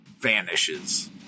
vanishes